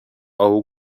eau